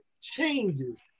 changes